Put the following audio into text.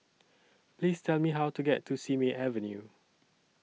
Please Tell Me How to get to Simei Avenue